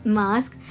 mask